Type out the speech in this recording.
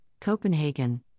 Copenhagen